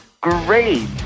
Great